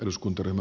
kiitos